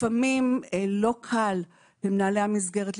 לפעמים לא קל למנהלי המסגרת.